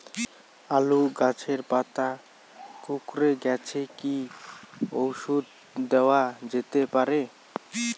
আলু গাছের পাতা কুকরে গেছে কি ঔষধ দেওয়া যেতে পারে?